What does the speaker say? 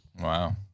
Wow